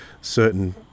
certain